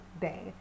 day